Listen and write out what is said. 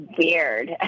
weird